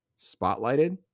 spotlighted